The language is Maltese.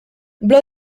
bla